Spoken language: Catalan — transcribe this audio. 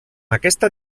aquesta